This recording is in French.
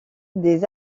des